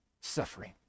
Suffering